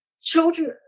children